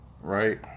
Right